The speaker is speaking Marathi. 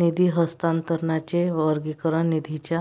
निधी हस्तांतरणाचे वर्गीकरण निधीच्या